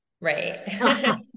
right